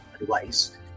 advice